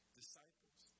disciples